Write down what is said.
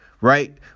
right